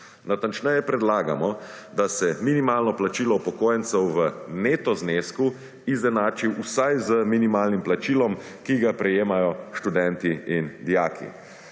Natančneje predlagamo, da se minimalno plačilo upokojencev v neto znesku izenači vsaj z minimalnim plačilom, ki ga prejemajo študenti in dijaki,